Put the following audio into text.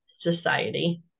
society